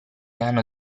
hanno